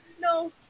no